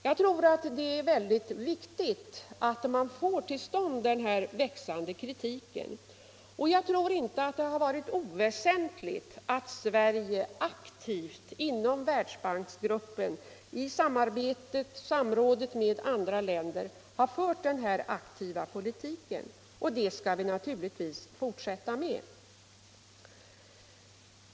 Jag tycker dock att denna växande kritik är mycket värdefull, och jag tror inte att det har varit oväsentligt att Sverige inom Världsbanksgruppen har fört denna aktiva politik i samråd med andra länder. Det skall vi naturligtvis också fortsätta med.